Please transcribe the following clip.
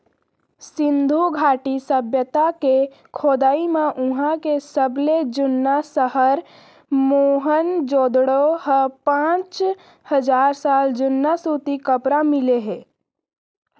सिंधु घाटी सभ्यता के खोदई म उहां के सबले जुन्ना सहर मोहनजोदड़ो म पांच हजार साल जुन्ना सूती कपरा मिले हे